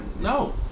No